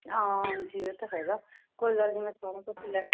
ਹਾਂ ਜੀ ਇਹ ਤਾਂ ਹੈਗਾ ਕੋਈ ਗੱਲ ਨਹੀਂ